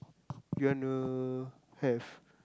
you wanna have